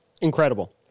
Incredible